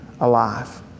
alive